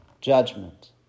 judgment